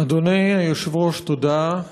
אדוני היושב-ראש, תודה,